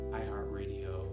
iHeartRadio